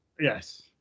Yes